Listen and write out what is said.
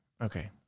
okay